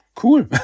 cool